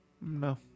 no